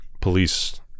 police